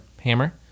hammer